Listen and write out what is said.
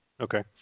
okay